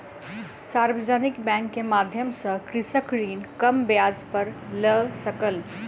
सार्वजानिक बैंक के माध्यम सॅ कृषक ऋण कम ब्याज पर लय सकल